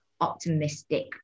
optimistic